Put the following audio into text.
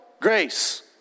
grace